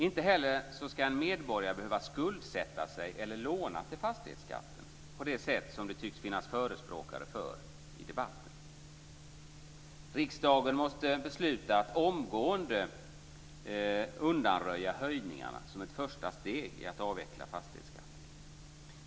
Inte heller ska en medborgare behöva skuldsätta sig eller låna till fastighetsskatten, på det sätt som det tycks finnas förespråkare för i debatten. Riksdagen måste besluta att omgående undanröja höjningarna som ett första steg i att avveckla fastighetsskatten.